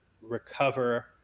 recover